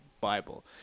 Bible